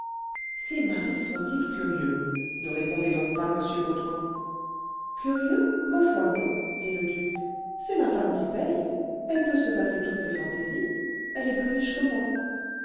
ces maris sont-ils curieux ne répondez donc pas monsieur baudoin curieux ma foi non dit le duc c'est ma femme qui paye elle peut se passer toutes ses fantaisies elle est plus riche que moi